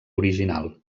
original